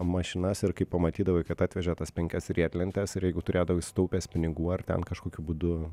mašinas ir kai pamatydavai kad atvežė tas penkias riedlentes ir jeigu turėdavai sutaupęs pinigų ar ten kažkokiu būdu